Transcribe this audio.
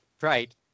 Right